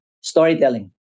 Storytelling